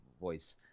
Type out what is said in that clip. voice